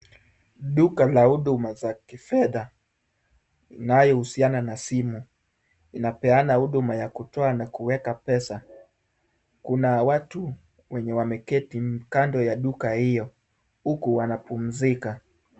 Duka la huduma za kifedha inayohusiana na simu inapeana huduma ya kutoa na kuweka pesa. Kuna watu wenye wameketi kando ya duka hiyo huku wanapumzika.